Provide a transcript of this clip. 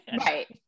right